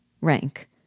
Rank